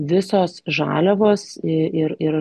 visos žaliavos ė ir ir